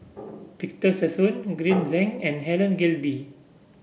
Victor Sassoon Green Zeng and Helen Gilbey